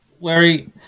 Larry